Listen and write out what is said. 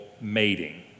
mating